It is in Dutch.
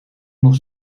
nog